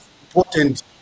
important